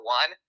one